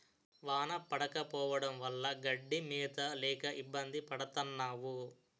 వాన పడకపోవడం వల్ల గడ్డి మేత లేక ఇబ్బంది పడతన్నావు